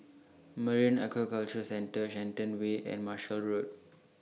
Marine Aquaculture Centre Shenton Way and Marshall Road